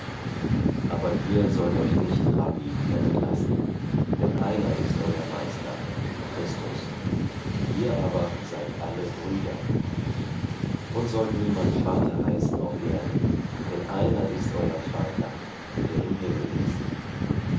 aber ihr sollt euch nicht rabbi nennen lassen denn einer ist euer meister christus ihr aber seid alle brüder und sollt niemand vater heißen auf erden denn einer ist euer vater der im himmel ist